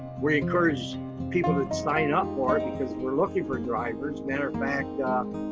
we encourage people to sign up for it because we're looking for drivers that are backed